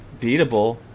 beatable